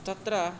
तत्र